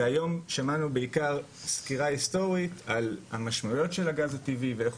והיום שמענו בעיקר סקירה הסטורית על המשמעויות של הגז הטבעי ואיך